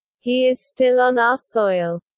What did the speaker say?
he is still on our soil.